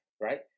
right